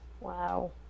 Wow